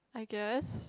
I guess